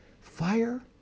fire